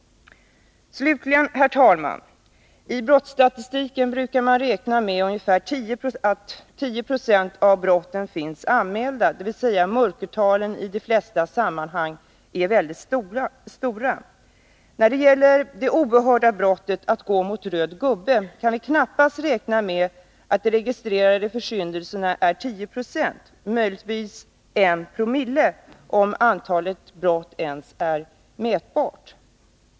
Slutligen, herr talman: I brottstatistiken brukar man räkna med att ungefär 10 26 av brotten finns anmälda, dvs. att mörkertalen i de flesta sammanhang är väldigt stora. När det gäller det oerhörda brottet att gå mot röd gubbe kan vi knappast räkna med att de registrerade försyndelserna är 10 90, möjligtvis 190, om antalet brott ens är mätbart.